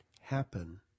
happen